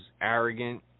arrogant